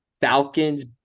Falcons